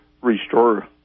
restore